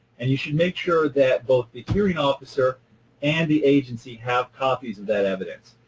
and you should make sure that both the hearing officer and the agency have copies of that evidence.